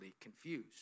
confused